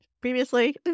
previously